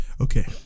Okay